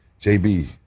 JB